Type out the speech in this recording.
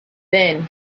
then